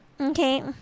Okay